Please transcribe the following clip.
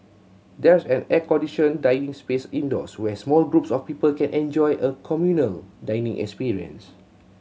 there's an air conditioned dining space indoors where small groups of people can enjoy a communal dining experience